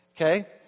Okay